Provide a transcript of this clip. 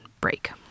break